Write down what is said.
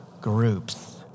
groups